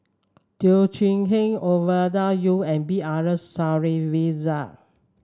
Teo Chee Hean Ovidia Yu and B R Sreenivasan